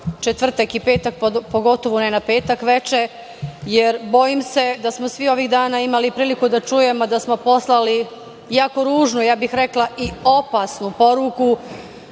četvrtak i petak, pogotovo ne na petak veče, jer bojim se da smo svi ovih dana imali priliku da čujemo da smo poslali jako ružnu, ja bih rekla i opasnu poruku